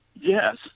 Yes